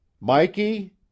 Mikey